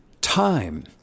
Time